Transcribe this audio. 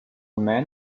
man